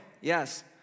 yes